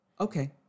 okay